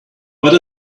but